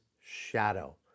shadow